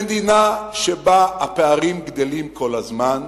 במדינה שבה הפערים גדלים כל הזמן,